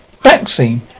vaccine